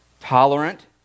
tolerant